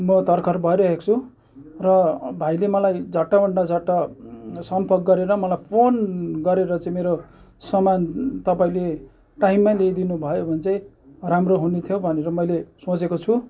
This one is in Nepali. म तर्खर भइरहेको छु र भाइले मलाई झट्टभन्दा झट्ट सम्पर्क गरेर मलाई फोन गरेर चाहिँ मेरो सामान तपाईँले टाइममै ल्याइदिनु भयो भने चाहिँ राम्रो हुनेथियो भनेर मैले सोचेको छु